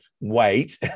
wait